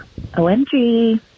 OMG